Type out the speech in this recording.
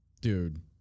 Dude